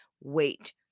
wait